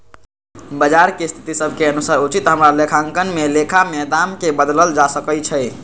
बजार के स्थिति सभ के अनुसार उचित हमरा लेखांकन में लेखा में दाम् के बदलल जा सकइ छै